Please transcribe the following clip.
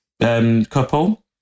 couple